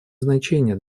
значение